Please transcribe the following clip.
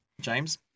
James